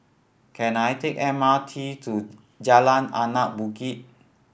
can I take M R T to Jalan Anak Bukit